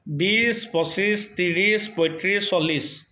বিশ পঁচিছ ত্ৰিছ পয়ত্ৰিছ চল্লিছ